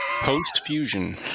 Post-fusion